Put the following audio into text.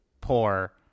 poor